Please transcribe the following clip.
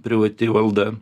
privati valda